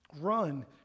run